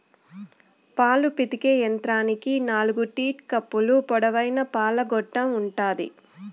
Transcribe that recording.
పాలు పితికే యంత్రానికి నాలుకు టీట్ కప్పులు, పొడవైన పాల గొట్టం ఉంటాది